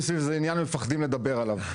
סביב איזה עניין ומפחדים לדבר עליו.